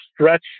stretch